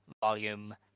Volume